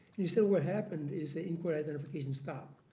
he said what happened is, the in-court identification stopped.